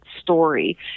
story